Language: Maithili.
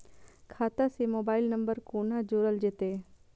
खाता से मोबाइल नंबर कोना जोरल जेते?